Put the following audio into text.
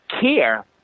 care